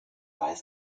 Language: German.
weiß